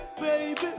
baby